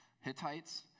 Hittites